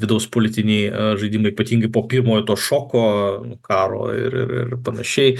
vidaus politiniai žaidimai ypatingai po pirmojo to šoko karo ir ir panašiai